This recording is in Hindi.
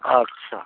अच्छा